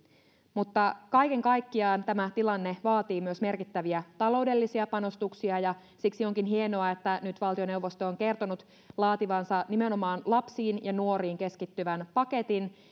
mutta kaiken kaikkiaan tämä tilanne vaatii myös merkittäviä taloudellisia panostuksia ja siksi onkin hienoa että nyt valtioneuvosto on kertonut laativansa nimenomaan lapsiin ja nuoriin keskittyvän paketin